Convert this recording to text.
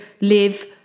live